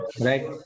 right